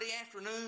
afternoon